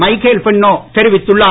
Michael Fenno தெரிவித்துள்ளார்